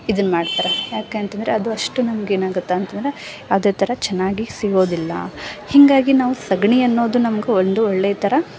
ಇದನ್ನ ಮಾಡ್ತಾರೆ ಯಾಕೆಂತಂದ್ರೆ ಅದು ಅಷ್ಟು ನಮ್ಗೆ ಏನಾಗುತ್ತೆ ಅಂತಂದ್ರೆ ಯಾವುದೇ ಥರ ಚೆನ್ನಾಗಿ ಸಿಗೋದಿಲ್ಲ ಹೀಗಾಗಿ ನಾವು ಸಗಣಿ ಅನ್ನೋದು ನಮ್ಗೆ ಒಂದು ಒಳ್ಳೆಯ ಥರ